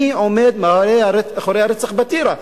מי עומד מאחורי הרצח בטירה.